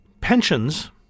pensions